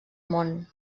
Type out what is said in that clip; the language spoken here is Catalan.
món